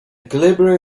equilibrium